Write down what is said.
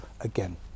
again